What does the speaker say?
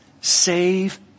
save